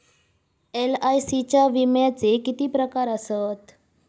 LIC विम्याचे किती प्रकार आसत?